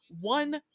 one